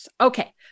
okay